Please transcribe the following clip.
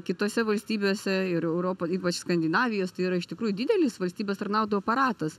kitose valstybėse ir europa ypač skandinavijos tai yra iš tikrųjų didelis valstybės tarnautojų aparatas